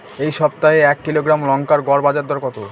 এই সপ্তাহে এক কিলোগ্রাম লঙ্কার গড় বাজার দর কত?